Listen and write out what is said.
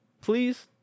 please